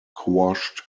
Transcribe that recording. quashed